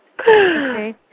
Okay